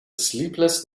sleepless